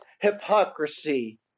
hypocrisy